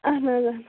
اہن حظ اہن حظ